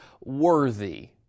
worthy